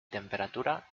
temperatura